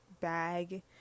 bag